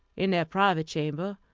in their private chamber,